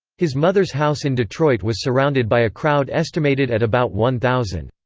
his mother's house in detroit was surrounded by a crowd estimated at about one thousand.